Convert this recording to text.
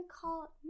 call